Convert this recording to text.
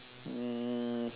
um